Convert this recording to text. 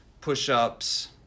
push-ups